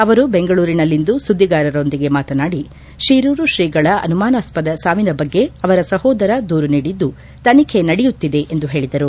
ಅವರು ಬೆಂಗಳೂರಿನಲ್ಲಿಂದು ಸುದ್ದಿಗಾರರೊಂದಿಗೆ ಮಾತನಾಡಿ ಶೀರೂರು ಶ್ರೀಗಳ ಅನುಮಾನಸ್ವದ ಸಾವಿನ ಬಗ್ಗೆ ಅವರ ಸಹೋದರ ದೂರು ನೀಡಿದ್ದು ತನಿಖೆ ನಡೆಯುತ್ತಿದೆ ಎಂದು ಹೇಳಿದರು